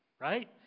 right